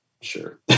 sure